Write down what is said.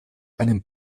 einem